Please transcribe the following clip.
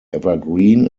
evergreen